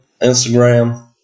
Instagram